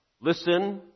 listen